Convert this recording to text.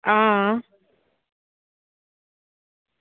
आं